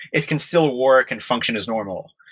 it can still work and function as normal.